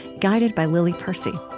guided by lily percy